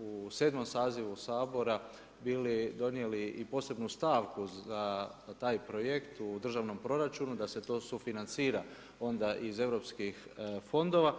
u 7. sazivu Sabora bili donijeli i posebnu stavku za taj projekt u državnom proračunu da se to sufinancira onda iz europskih fondova.